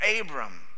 Abram